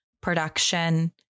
production